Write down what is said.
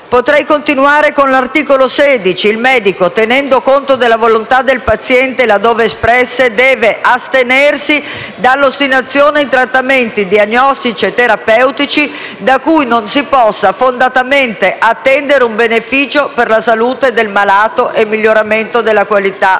Proseguo con l'articolo 16: «Il medico, anche tenendo conto delle volontà del paziente, laddove espresse, deve astenersi dall'ostinazione in trattamenti diagnostici e terapeutici da cui non si possa fondatamente attendere un beneficio per la salute del malato e/o un miglioramento della qualità della